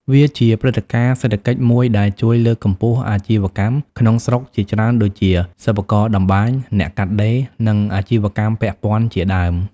វាជាព្រឹត្តិការណ៍សេដ្ឋកិច្ចមួយដែលជួយលើកកម្ពស់អាជីវកម្មក្នុងស្រុកជាច្រើនដូចជា សិប្បករតម្បាញ អ្នកកាត់ដេរ និងអាជីវកម្មពាក់ព័ន្ធជាដើម។